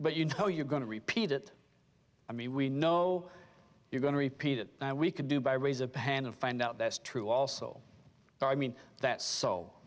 but you know you're going to repeat it i mean we know you're going to repeat it we could do by raise a hand and find out that's true also i mean that's so